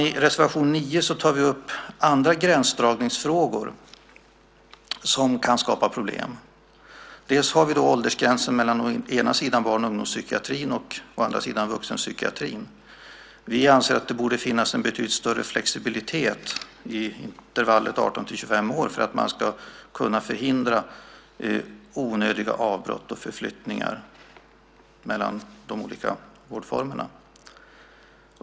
I reservation 9 tar vi upp andra gränsdragningsfrågor som kan skapa problem. Först har vi åldersgränsen mellan å ena sidan barn och ungdomspsykiatrin och å andra sidan vuxenpsykiatrin. Vi anser att det borde finnas en betydligt större flexibilitet i intervallet 18-25 år för att man ska kunna förhindra onödiga avbrott och förflyttningar mellan de olika vårdformerna.